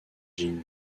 jin